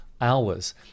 hours